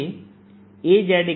z2s2Y2 YdYsds Az0Ky20sdsz2s20Ky2